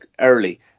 early